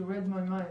את מחשבותיי.